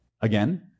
Again